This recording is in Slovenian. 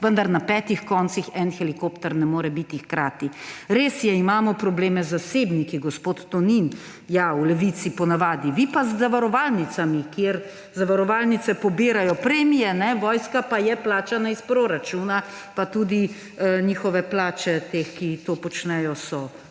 vendar na petih koncih en helikopter ne more biti hkrati. Res je, imamo probleme z zasebniki, gospod Tonin. Ja, v Levici ponavadi; vi pa z zavarovalnicami, kjer zavarovalnice pobirajo premije, vojska pa je plačana iz proračuna, pa tudi njihove plače, teh, ki to počnejo, so tam